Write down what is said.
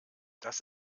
das